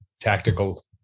tactical